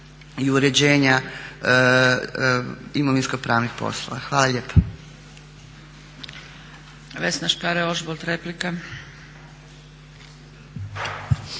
i uređenja imovinsko pravnih poslova. Hvala lijepa.